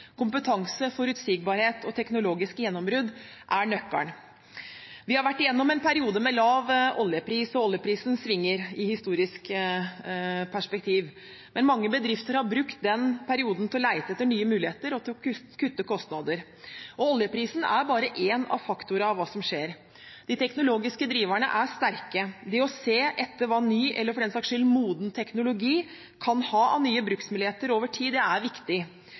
Kompetanse, forutsigbarhet og teknologiske gjennombrudd er nøkkelen. Vi har vært igjennom en periode med lav oljepris. Oljeprisen svinger, sett i et historisk perspektiv. Men mange bedrifter har brukt den perioden til å lete etter nye muligheter og til å kutte kostnader. Oljeprisen er bare en av faktorene i hva som skjer. De teknologiske driverne er sterke. Det å se etter hva ny – eller, for den saks skyld, moden – teknologi kan ha av nye bruksmuligheter over tid, er viktig.